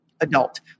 adult